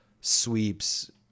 sweeps-